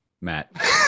Matt